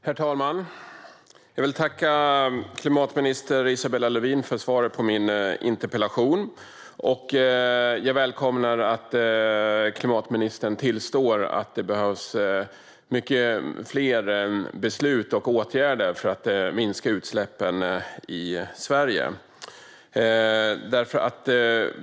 Herr talman! Jag vill tacka klimatminister Isabella Lövin för svaret på min interpellation. Jag välkomnar att klimatministern tillstår att det behövs många fler beslut och åtgärder för att minska utsläppen i Sverige.